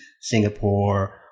Singapore